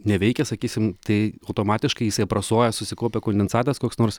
neveikia sakysim tai automatiškai jisai aprasoja susikaupia kondensatas koks nors